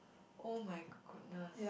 oh-my-goodness